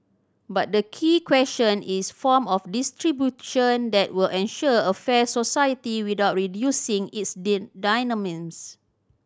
but the key question is form of redistribution that will ensure a fair society without reducing its dynamism